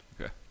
Okay